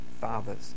fathers